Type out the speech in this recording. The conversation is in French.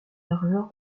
largeur